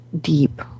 deep